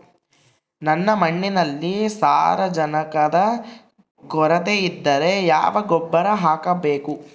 ನನ್ನ ಮಣ್ಣಿನಲ್ಲಿ ಸಾರಜನಕದ ಕೊರತೆ ಇದ್ದರೆ ಯಾವ ಗೊಬ್ಬರ ಹಾಕಬೇಕು?